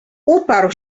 uparł